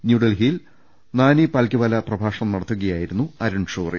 ന്യൂഡൽഹിയിൽ നാനി പാൽകിവാല പ്രഭാഷണം നടത്തുകയായിരുന്നു അരുൺഷൂറി